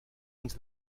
anys